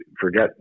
forget